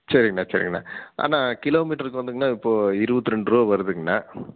சரிங்கண்ணா சரிங்கண்ணா அண்ணா கிலோமீட்ருக்கு வந்துங்கண்ணா இப்போது இருபத்ரெண்டுருவா வருதுங்கண்ணா